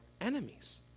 enemies